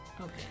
Okay